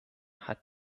hat